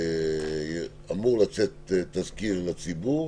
אמור לצאת תזכיר לציבור,